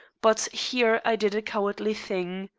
but here i did a cowardly thing.